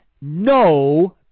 no